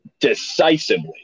decisively